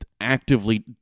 Actively